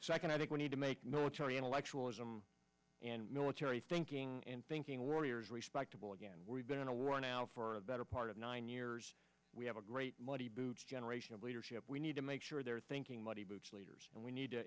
can i think we need to make military intellectual ism and military thinking and thinking warriors respectable again we've been on a run now for the better part of nine years we have a great muddy boots generation of leadership we need to make sure they're thinking muddy boots leaders and we need to